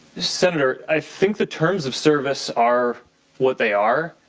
senator, i think the terms of service are what they are,